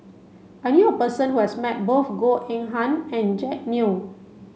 I knew a person who has met both Goh Eng Han and Jack Neo